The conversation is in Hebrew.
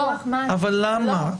אבל למה?